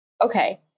okay